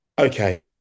Okay